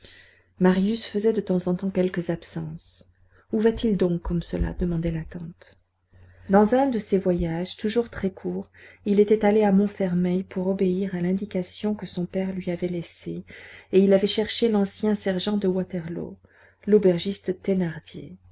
marius faisait de temps en temps quelques absences où va-t-il donc comme cela demandait la tante dans un de ces voyages toujours très courts il était allé à montfermeil pour obéir à l'indication que son père lui avait laissée et il avait cherché l'ancien sergent de waterloo l'aubergiste thénardier